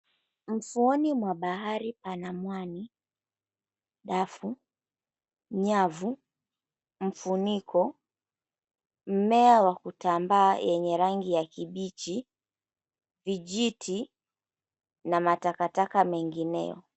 Ufuoni mwa bahari pana mwani, bafu, nyavu, mfuniko, mmea wa kutambaa yenye rangi ya kibichi, vijiti na matakataka mengineo.